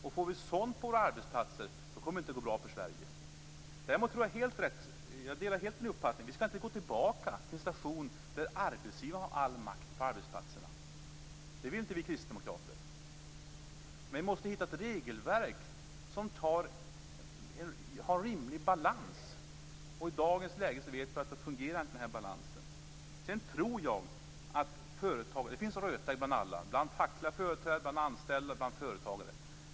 Om vi får sådant på våra arbetsplatser kommer det inte att gå bra för Sverige. Däremot delar jag helt Hans Anderssons uppfattning om att vi inte skall gå tillbaka till en station där arbetsgivaren har allt makt på arbetsplatserna. Det vill inte vi kristdemokrater. Men vi måste hitta ett regelverk som har en rimlig balans. I dagens läge vet vi att balansen inte fungerar. Det finns rötägg bland alla, bland fackliga företrädare, bland anställda och bland företagare.